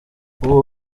ubu